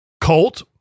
Colt